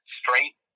straight